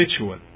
ritual